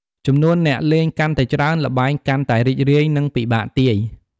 ចំនួនអ្នកលេងកាន់តែច្រើន ល្បែងកាន់តែរីករាយ និងពិបាកទាយ។